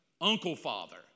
uncle-father